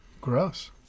gross